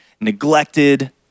neglected